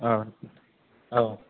औ औ